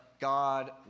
God